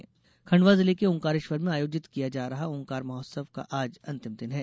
ओंकार महोत्सव खंडवा जिले के ओंकारेश्वर में आयोजित किया जा रहा ओंकार महोत्सव का आज अंतिम दिन है